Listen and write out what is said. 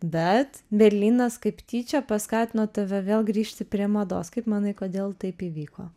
bet berlynas kaip tyčia paskatino tave vėl grįžti prie mados kaip manai kodėl taip įvyko